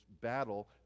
battle